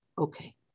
Okay